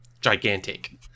gigantic